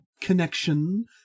connection